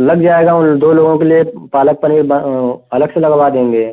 लग जाएगा उन दो लोगों के लिए पालक पनीर अलग से लगवा देंगे